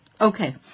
Okay